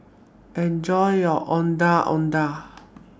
Enjoy your Ondeh Ondeh